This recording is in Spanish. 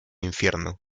infierno